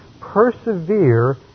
persevere